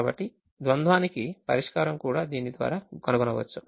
కాబట్టి ద్వంద్వా నికి పరిష్కారం కూడా దీని ద్వారా కనుగొనవచ్చు